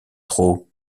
trop